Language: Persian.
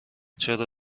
چرا